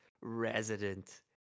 Resident